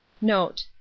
note